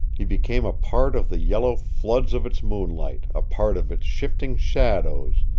he became a part of the yellow floods of its moonlight, a part of its shifting shadows,